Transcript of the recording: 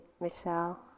Michelle